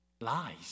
lies